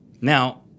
Now